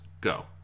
Go